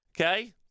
okay